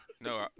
no